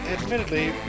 Admittedly